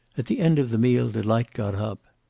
at the end of the meal delight got up.